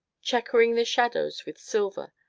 checkering the shadows with silver,